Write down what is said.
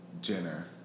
Jenner